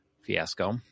fiasco